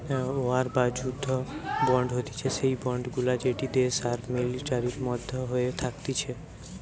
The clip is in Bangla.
ওয়ার বা যুদ্ধ বন্ড হতিছে সেই বন্ড গুলা যেটি দেশ আর মিলিটারির মধ্যে হয়ে থাকতিছে